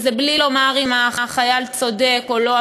וזה בלי לומר אם החייל צודק או לא,